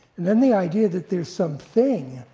and then the idea that there's some thing,